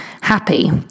happy